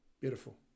beautiful